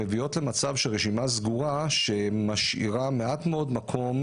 מביאים למצב של רשימה סגורה שמשאירה מעט מאוד מקום